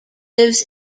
lives